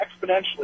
exponentially